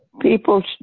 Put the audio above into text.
People